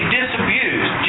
disabused